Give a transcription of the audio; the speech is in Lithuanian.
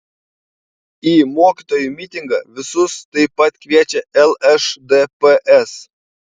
į mokytojų mitingą visus taip pat kviečia lšdps